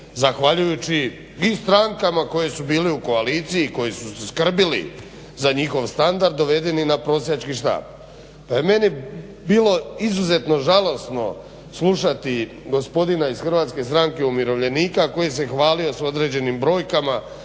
zahvaljujući i strankama koje su bile u koaliciji i koje su se skrbile za njihov standard dovedeni na prosjački štap. Pa je meni bilo izuzetno žalosno slušati gospodina iz HSU-a koji se hvalio s određenim brojkama